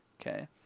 okay